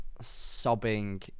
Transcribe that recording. sobbing